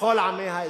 לכל עמי האזור.